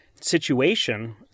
situation